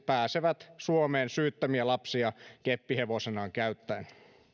pääsevät suomeen syyttömiä lapsia keppihevosenaan käyttäen